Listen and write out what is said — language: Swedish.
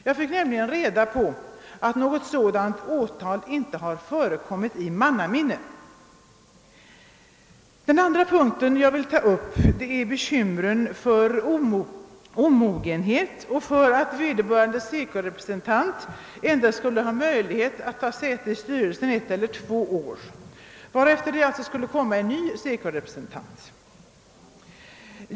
Jag fick nämligen reda på att något sådant åtal inte förekommit i mannaminne. Den andra punkt jag vill ta upp är bekymren för omogenhet och för att vederbörande SECO-representant endast skulle ha möjlighet att sitta i sty relsen ett eller två år, varefter det alltså skulle komma en ny SECO-representant.